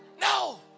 no